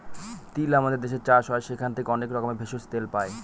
তিল আমাদের দেশে চাষ হয় সেখান থেকে অনেক রকমের ভেষজ, তেল পাই